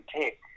take